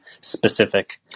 specific